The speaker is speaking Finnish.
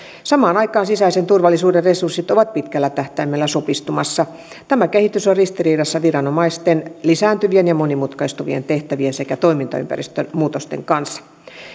samaan aikaan sisäisen turvallisuuden resurssit ovat pitkällä tähtäimellä supistumassa tämä kehitys on ristiriidassa viranomaisten lisääntyvien ja monimutkaistuvien tehtävien sekä toimintaympäristön muutosten kanssa